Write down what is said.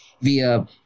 via